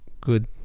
good